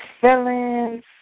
feelings